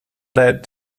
led